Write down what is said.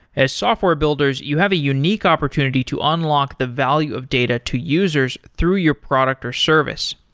as software builders, you have a unique opportunity to unlock the value of data to users through your product or service.